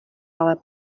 ale